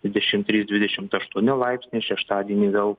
dvidešim trys dvidešimt aštuoni laipsniai šeštadienį vėl